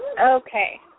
Okay